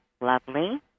lovely